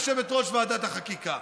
יושבת-ראש ועדת החקיקה.